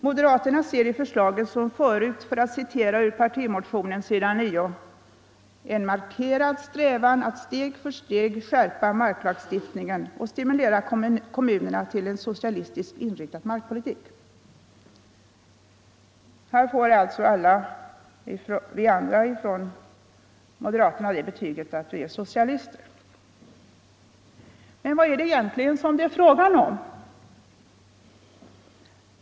Moderaterna ser i förslaget som förut, för att citera ur partimotionen, s. 9: ”en markerad strävan att steg för steg skärpa marklagstiftningen och stimulera kommunerna till en socialistiskt inriktad markpolitik”. Här får alltså alla vi andra från moderaterna det betyget att vi är socialister. Men vad är det egentligen fråga om?